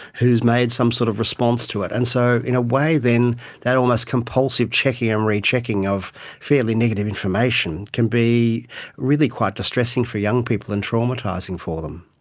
who has made some sort of response to it. and so in a way then that almost compulsive checking and rechecking of fairly negative information can be really quite distressing for young people and traumatising for them.